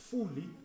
fully